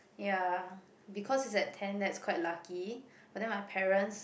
ya because is at ten that's quite lucky but then my parents